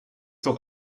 doch